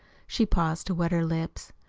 she paused to wet her lips.